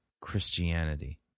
Christianity